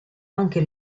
anche